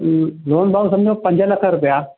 loan भाउ समिझो पंज लख रुपया